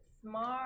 Smart